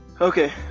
okay